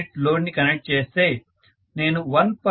u load ని connect చేస్తే నేను 1 p